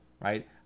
right